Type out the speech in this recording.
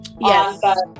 Yes